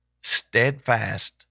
steadfast